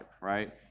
right